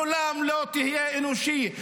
לעולם לא תהיה אנושי.